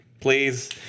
please